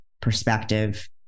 perspective